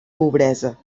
pobresa